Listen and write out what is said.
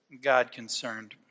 God-concerned